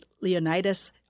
Leonidas